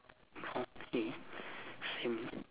brown okay same